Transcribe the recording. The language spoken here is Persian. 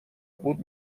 بود